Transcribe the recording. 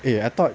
eh I thought